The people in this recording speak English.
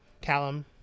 Callum